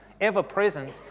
ever-present